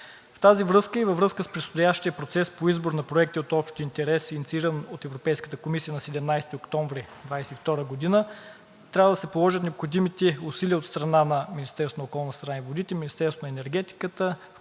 В тази връзка и във връзка с предстоящия процес по избор на проекти от общ интерес, иницииран от Европейската комисия на 17 октомври 2022 г., трябва да се положат необходимите усилия от страна на Министерството